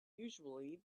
usually